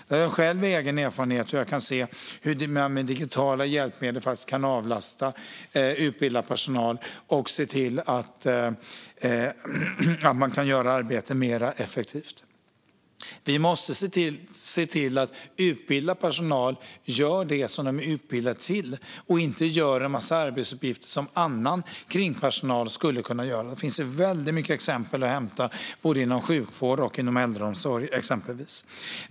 Där har jag själv erfarenhet, och jag kan se hur digitala hjälpmedel faktiskt kan avlasta utbildad personal och göra arbetet mer effektivt. Vi måste se till att utbildad personal gör det som de är utbildade till och inte utför en massa arbetsuppgifter som annan personal skulle kunna utföra. Det finns väldigt många exempel att hämta, exempelvis inom sjukvård och äldreomsorg.